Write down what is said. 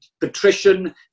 patrician